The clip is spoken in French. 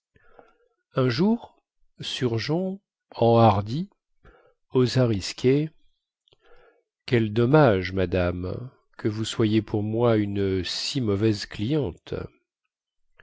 un jour surgeon enhardi osa risquer quel dommage madame que vous soyez pour moi une si mauvaise cliente